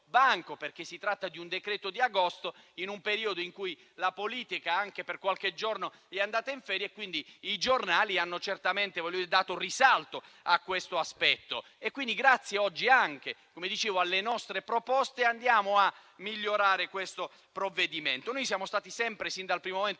perché si tratta di un decreto di agosto, in un periodo in cui anche la politica per qualche giorno è andata in ferie e quindi i giornali hanno certamente dato risalto a questo aspetto. Oggi, grazie anche alle nostre proposte, andiamo a migliorare il provvedimento in esame. Sin dal primo momento,